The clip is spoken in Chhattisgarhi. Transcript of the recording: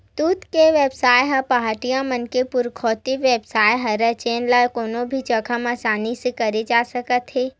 दूद के बेवसाय ह पहाटिया मन के पुरखौती बेवसाय हरय जेन ल कोनो भी जघा म असानी ले करे जा सकत हे